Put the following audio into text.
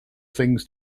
things